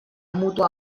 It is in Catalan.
mutu